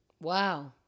Wow